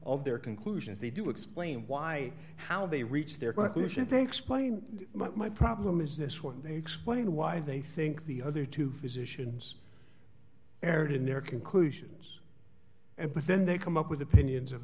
of their conclusions they do explain why how they reach their conclusions they explain my problem is this one they explain why they think the other two physicians erred in their conclusions and but then they come up with opinions of